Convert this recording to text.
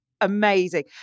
amazing